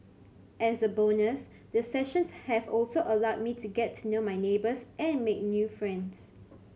as a bonus the sessions have also allowed me to get to know my neighbours and make new friends